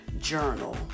journal